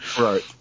Right